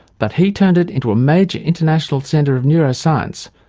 but he turned it into a major international centre of neuroscience,